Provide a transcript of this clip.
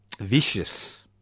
vicious